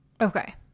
okay